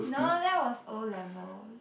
no that was O level